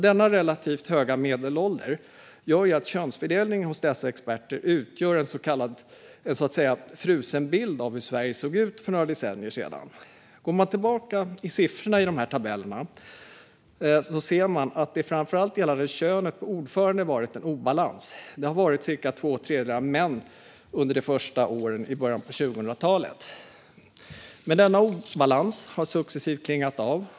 Den relativt höga medelåldern gör att könsfördelningen bland dessa experter utgör en så kallad frusen bild av hur Sverige såg ut för några decennier sedan. Går man tillbaka till siffrorna i dessa tabeller ser man att det framför allt när det gäller kön på ordförande har varit en obalans. Det har varit cirka två tredjedelar män under de första åren i början av 2000-talet. Men denna obalans har successivt klingat av.